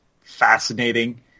fascinating